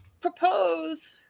propose